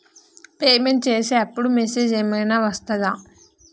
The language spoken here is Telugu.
పేమెంట్ చేసే అప్పుడు మెసేజ్ ఏం ఐనా వస్తదా?